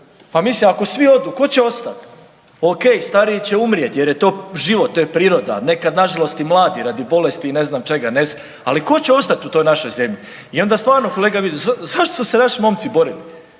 Pa mislim ako svi odu tko će ostati? Ok stariji će umrijet jer je to život, to je priroda. Nekada na žalost i mladi radi bolesti i ne znam čega. Ali tko će ostati u toj našoj zemlji? I onda stvarno kolega Vidović, zašto su se naši momci borili?